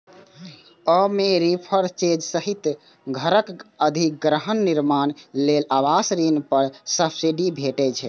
अय मे रीपरचेज सहित घरक अधिग्रहण, निर्माण लेल आवास ऋण पर सब्सिडी भेटै छै